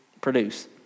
produce